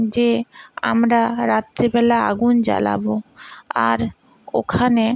যে আমরা রাত্রেবেলা আগুন জ্বালাবো আর ওখানে